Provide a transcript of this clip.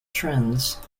trends